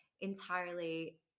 entirely